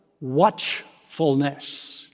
watchfulness